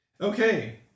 Okay